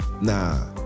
nah